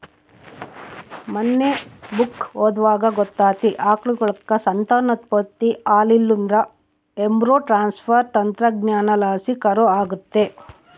ಮನ್ನೆ ಬುಕ್ಕ ಓದ್ವಾಗ ಗೊತ್ತಾತಿ, ಆಕಳುಕ್ಕ ಸಂತಾನೋತ್ಪತ್ತಿ ಆಲಿಲ್ಲುದ್ರ ಎಂಬ್ರೋ ಟ್ರಾನ್ಸ್ಪರ್ ತಂತ್ರಜ್ಞಾನಲಾಸಿ ಕರು ಆಗತ್ತೆ